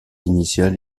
initial